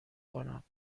کنم